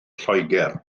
lloegr